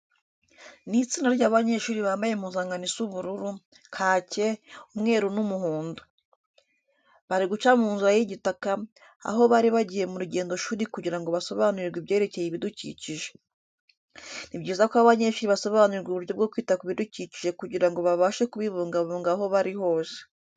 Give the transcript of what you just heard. Ni itsinda ry'abanyeshuri bambaye impuzankano is ubururu, kake, umweru n'umuhondo. Bari guca mu nzira y'igitaka, aho bari bagiye mu rugendoshuri kugira ngo basobanurirwe ibyerekeye ibidukikije. Ni byiza ko abanyeshuri basobanurirwa uburyo bwo kwita ku bidukikije kugira ngo babashe kubibungabunga aho bari hose.